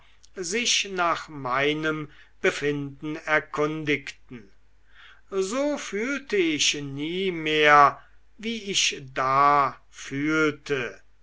sich nach meinem befinden erkundigten so fühlte ich nie mehr wie ich da fühlte